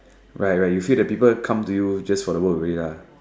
right right you feel the people come to you just for the work only